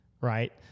Right